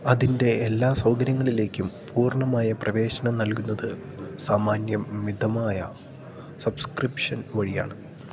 അതിന്റെ എല്ലാ സൗകര്യങ്ങളിലേക്കും പൂർണ്ണമായ പ്രവേശനം നൽകുന്നത് സാമാന്യം മിതമായ സബ്സ്ക്രിപ്ഷൻ വഴിയാണ്